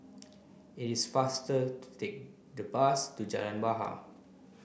it is faster to take the bus to Jalan Bahar